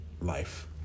life